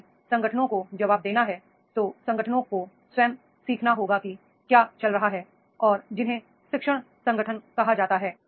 यदि संगठनों को जवाब देना है तो संगठनों को स्वयं सीखना होगा कि क्या चल रहा है और जिन्हें लर्निंग ऑर्गेनाइजेशन कहा जाता है